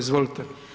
Izvolite.